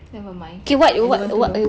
nevermind I don't want to know